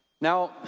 Now